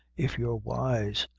if you're wise.